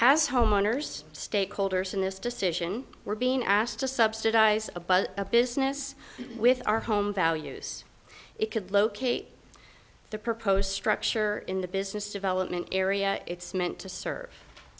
as homeowners stakeholders in this decision were being asked to subsidize above a business with our home values it could locate the proposed structure in the business development area it's meant to s